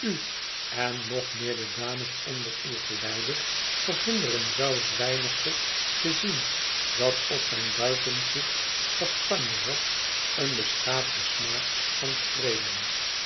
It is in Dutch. u en nog meer de dames onder uw geleide verhinderen zou het weinige te zien dat op mijn buitengoed kastanje hof een beschaafden smaak kan streelen